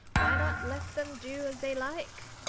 why not let them do as they like?